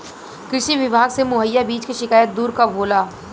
कृषि विभाग से मुहैया बीज के शिकायत दुर कब होला?